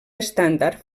estàndard